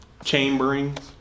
Chamberings